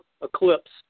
eclipse